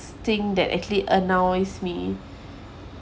thing that actually annoys me